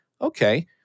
okay